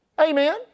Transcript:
Amen